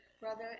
brother